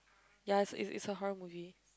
ya is is a horror movie